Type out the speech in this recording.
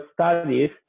studies